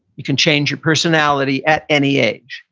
you can change your personality at any age.